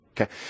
Okay